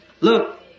Look